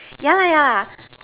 yeah yeah